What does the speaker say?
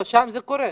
שם זה קורה.